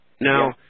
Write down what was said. Now